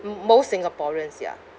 m~ most singaporeans ya